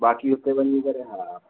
बाक़ी हुते वञी करे हा